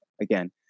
again